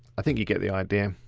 i think you get the idea.